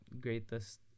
greatest